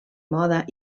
moda